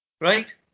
right